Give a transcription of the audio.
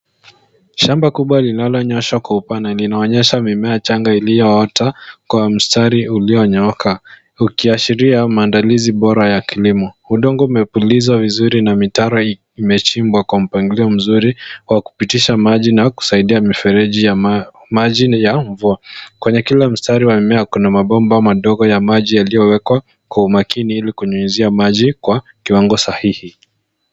Shamba kubwa linalonyosha kwa upana linaonyesha mimea changa iliyoota kwa mstari ulionyooka ukiashiria maandalizi bora ya kilimo. Udongo umepuliza vizuri na mitaro imechimbwa kwa mpangilio mzuri kwa kupitisha maji na kusaidia mifereji ya maji ya mvua. Kwenye kila mstari wa mimea kuna mabomba madogo ya maji yaliyowekwa kwa umakini ili kunyunyizia maji kwa kiwango sahihi.